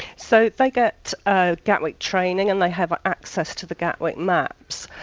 so like get ah gatwick training and they have access to the gatwick maps.